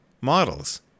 models